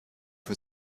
für